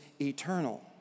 eternal